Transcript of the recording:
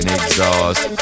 exhaust